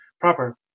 proper